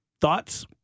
Thoughts